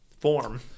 Form